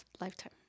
lifetime